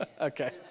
Okay